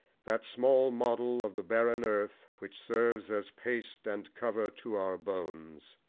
that small model of the barren earth which serves as paste and cover to our bones,